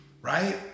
right